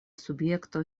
subjekto